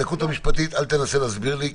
הדקות המשפטית אל תנסה להסביר לי,